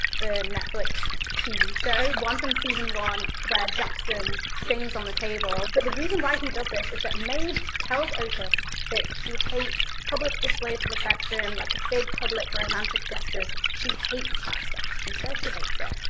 the netflix tv show. one from season one where jackson sings on the table. but the reason why he does this is that maeve tells otis that she hates public displays of affection like a big public romantic gestures. she hates that stuff. she says she hates it.